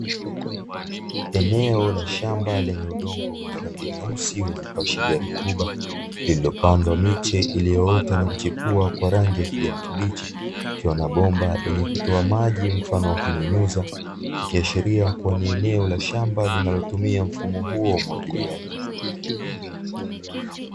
Eneo la shamba lenye udongo wenye rangi nyeusi yenye kuashiria rutuba, lililopandwa miche iliyoota na kuchipua kwa rangi ya kijani kibichi, ikiwa na bomba lenye kutoa maji mfano wa kunyunyiza ikiashiria kuwa ni eneo la shamba, linalotumia mfumo huo wa umwagiliaji.